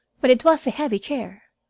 but it was a heavy chair.